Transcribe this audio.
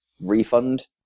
refund